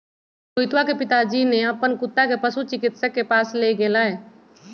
रोहितवा के पिताजी ने अपन कुत्ता के पशु चिकित्सक के पास लेगय लय